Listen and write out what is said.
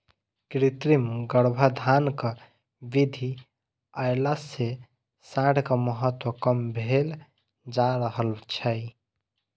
कृत्रिम गर्भाधानक विधि अयला सॅ साँढ़क महत्त्व कम भेल जा रहल छै